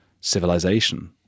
civilization